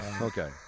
Okay